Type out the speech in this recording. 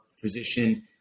physician